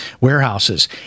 warehouses